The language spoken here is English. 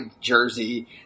jersey